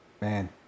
man